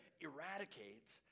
eradicate